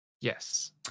Yes